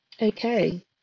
okay